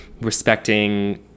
respecting